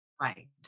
Right